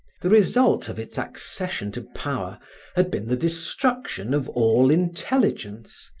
the result of its accession to power had been the destruction of all intelligence,